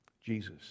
Jesus